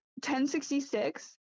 1066